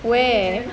where